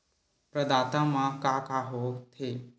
प्रदाता मा का का हो थे?